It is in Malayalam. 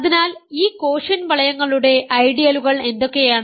അതിനാൽ ഈ കോഷ്യന്റ് വളയങ്ങളുടെ ഐഡിയലുകൾ എന്തൊക്കെയാണ്